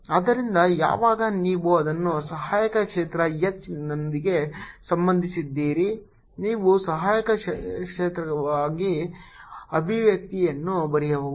ಆದ್ದರಿಂದ ಯಾವಾಗ ನೀವು ಅದನ್ನು ಸಹಾಯಕ ಕ್ಷೇತ್ರ H ನೊಂದಿಗೆ ಸಂಬಂಧಿಸಿದ್ದೀರಿ ನೀವು ಸಹಾಯಕ ಕ್ಷೇತ್ರಕ್ಕಾಗಿ ಅಭಿವ್ಯಕ್ತಿಯನ್ನು ಬರೆಯಬಹುದು